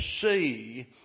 see